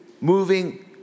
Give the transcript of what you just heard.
moving